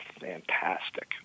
fantastic